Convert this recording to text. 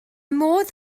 modd